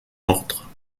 ordre